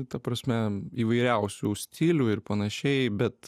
ta prasme įvairiausių stilių ir panašiai bet